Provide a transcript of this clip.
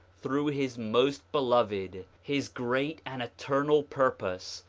through his most beloved, his great and eternal purpose,